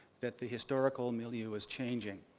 that the historical milieu was changing.